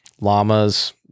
llamas